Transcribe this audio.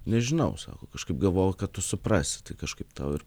nežinau sako kažkaip galvojau kad tu suprasi tai kažkaip tau ir